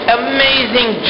amazing